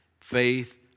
Faith